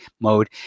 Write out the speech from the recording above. mode